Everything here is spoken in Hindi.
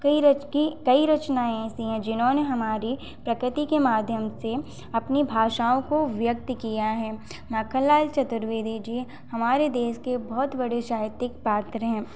कई रच की कई रचनाएँ ऐसी हैं जिन्होंने हमारी प्रकृति के माध्यम से अपनी भाषाओं को व्यक्त किया है माखनलाल चतुर्वेदी जी हमारे देश के बहुत बड़े साहित्यिक पात्र हैं